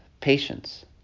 patience